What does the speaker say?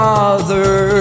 Father